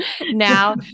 now